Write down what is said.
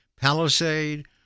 Palisade